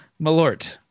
Malort